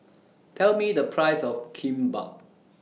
Tell Me The Price of Kimbap